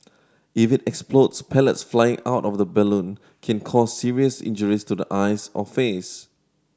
if it explodes pellets flying out of the balloon can cause serious injuries to the eyes or face